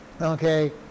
Okay